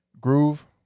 groove